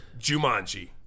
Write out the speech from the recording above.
Jumanji